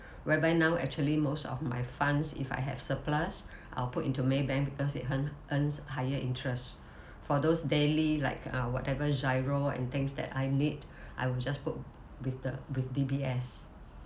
whereby now actually most of my funds if I have surplus I'll put into maybank because it earn earns higher interest for those daily like uh whatever GIRO and things that I need I will just put with the with D_B_S